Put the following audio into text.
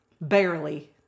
Barely